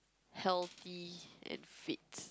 healthy and fit